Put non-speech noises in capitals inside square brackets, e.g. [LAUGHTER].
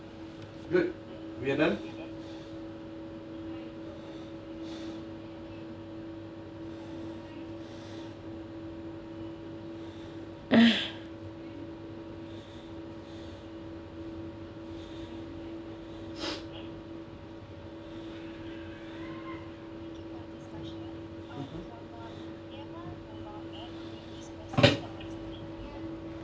[NOISE]